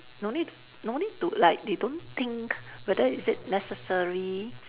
no need t~ no need to like they don't think whether is it necessary